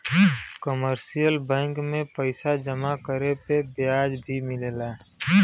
commercial bank में पइसा जमा करे पे ब्याज भी मिलला